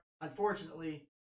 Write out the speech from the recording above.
unfortunately